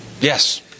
Yes